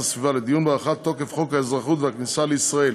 הסביבה לדיון בהארכת תוקף חוק האזרחות והכניסה לישראל